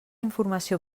informació